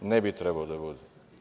Ne bi trebalo da bude.